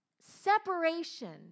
separation